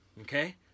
Okay